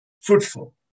fruitful